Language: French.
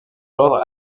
l’ordre